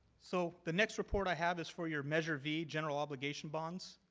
so the next report i have is for your measure v general obligation bonds.